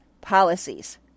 policies